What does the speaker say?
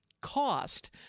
cost